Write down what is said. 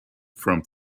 from